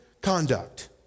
conduct